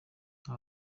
uko